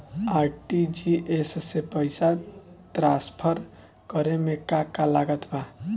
RTGS से पईसा transfer करे मे का का लागत बा?